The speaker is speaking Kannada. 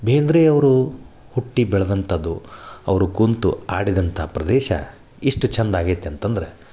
ಬೇಂದ್ರೆಯವರು ಹುಟ್ಟಿ ಬೆಳದಂಥದ್ದು ಅವರು ಕೂತು ಆಡಿದಂಥ ಪ್ರದೇಶ ಇಷ್ಟು ಚಂದ ಆಗೈತಿ ಅಂತಂದ್ರೆ